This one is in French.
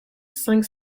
cinq